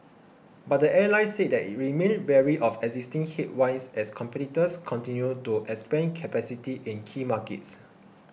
but the airline said that it remained wary of existing headwinds as competitors continue to expand capacity in key markets